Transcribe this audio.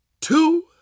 two